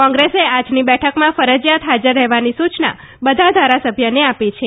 કોંગ્રેસે આજની બેઠકમાં ફરજિયાત હાજર રહેવાની સૂચના બધા ધારાસભ્યને આપી છે